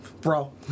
bro